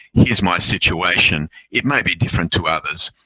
here's my situation. it may be different to others.